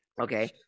Okay